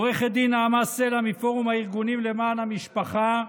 עו"ד נעמה סלע מפורום הארגונים למען המשפחה,